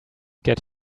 get